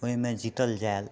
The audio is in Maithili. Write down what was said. ओहिमे जितल जाए लऽ